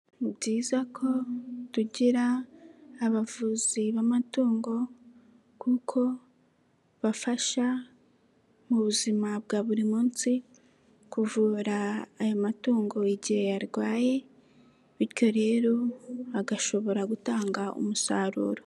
Ni byiza ko tugira abavuzi b'amatungo kuko bafasha mu buzima bwa buri munsi kuvura aya matungo igihe yarwaye, bityo rero agashobora gutanga umusaruro.